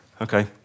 okay